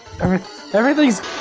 Everything's